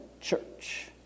church